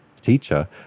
teacher